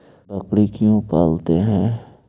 बकरी क्यों पालते है?